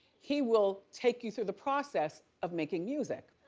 he will take you through the process of making music.